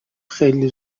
خیلی